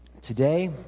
Today